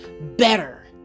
better